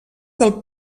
del